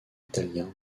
italien